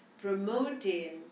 promoting